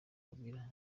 kabila